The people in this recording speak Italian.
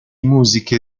musiche